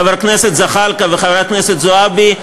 חבר הכנסת זחאלקה וחברת הכנסת זועבי,